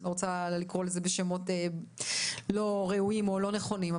לא רוצה לקרוא לזה בשמות לא ראויים או לא נכונים,